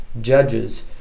judges